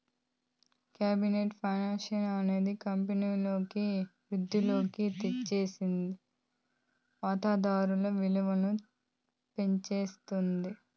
corporate finance అనేది కంపెనీకి వృద్ధిలోకి తెచ్చేకి వాతాదారుల విలువను పెంచుతాది